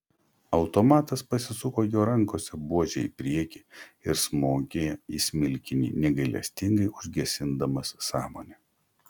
automatas pasisuko jo rankose buože į priekį ir smogė į smilkinį negailestingai užgesindamas sąmonę